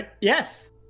Yes